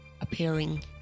appearing